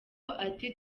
ati